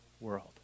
world